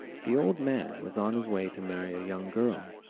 the old man was on his way to marry a young girl.